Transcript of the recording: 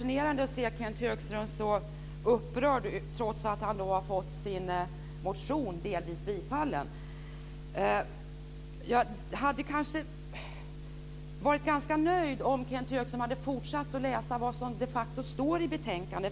Herr talman! Det är fascinerande att se Kenth Högström så upprörd trots att han har fått sin motion delvis tillstyrkt. Jag hade varit ganska nöjd om Kenth Högström hade fortsatt att läsa vad som det de facto står i betänkandet.